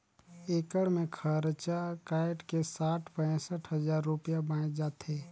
एकड़ मे खरचा कायट के साठ पैंसठ हजार रूपिया बांयच जाथे